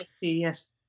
Yes